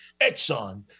Exxon